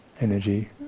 energy